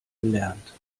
gelernt